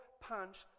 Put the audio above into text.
punch